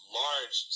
large